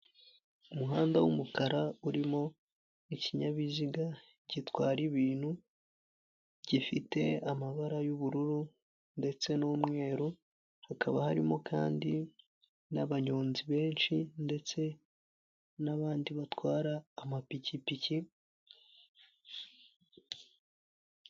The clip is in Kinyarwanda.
Umuhanda w'umukara, urimo ikinyabiziga gitwara ibintu, gifite amabara y'ubururu ndetse n'umweru, hakaba harimo kandi n'abanyonzi benshi, ndetse n'abandi batwara amapikipiki.